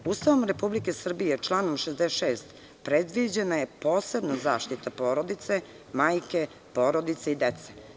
U Ustavu Republike Srbije član 66. predviđena je posebna zaštita porodice, majke, porodice i dece.